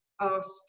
asked